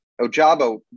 Ojabo